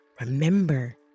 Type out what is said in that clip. remember